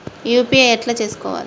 UPI ఎట్లా చేసుకోవాలి?